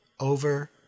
over